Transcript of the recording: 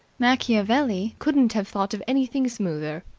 machiavelli couldn't have thought of anything smoother.